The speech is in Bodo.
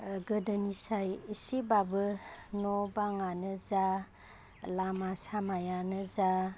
गोदोनि साइ एसेबाबो न' बाङानो जा लामा सामायानो जा